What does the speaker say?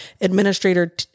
administrator